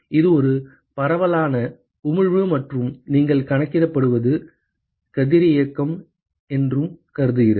இது ஒரு பரவலான உமிழ்வு மற்றும் நீங்கள் கணக்கிடுவது கதிரியக்கம் என்று கருதுகிறது